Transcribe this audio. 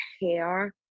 hair